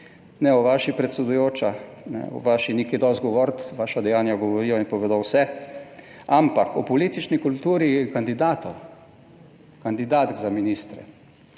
Ne o vaši, predsedujoča, o vaši ni kaj dosti govoriti. Vaša dejanja govorijo in povedo vse, ampak o politični kulturi kandidatov, kandidatk za ministre.